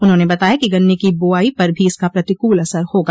उन्होंने बताया कि गन्ने की बुआई पर भी इसका प्रतिकूल असर होगा